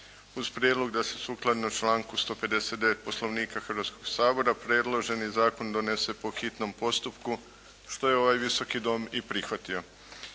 uz prijedlog da se sukladno članku 159. Poslovnika Hrvatskoga sabora predloženi zakon donese po hitnom postupku što je ovaj Visoki dom i prihvatio.